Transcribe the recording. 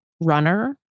runner